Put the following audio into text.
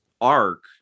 arc